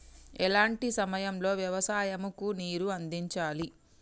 ఎలాంటి సమయం లో వ్యవసాయము కు నీరు అందించాలి?